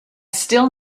still